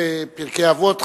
בפרקי אבות,